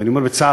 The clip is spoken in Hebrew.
ואני אומר בצער,